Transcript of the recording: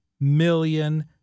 million